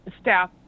staff